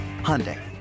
Hyundai